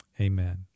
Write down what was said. Amen